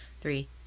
three